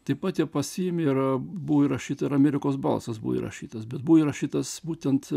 taip pat jie pasiėmė yra buvo įrašyti ir amerikos balsas buvo įrašytas bet buvo įrašytas būtent